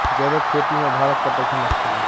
जैविक खेती में भारत का प्रथम स्थान